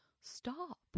stop